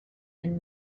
and